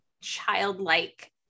childlike